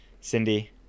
Cindy